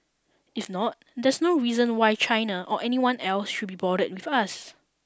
if not there's no reason why China or anyone else should be bothered with us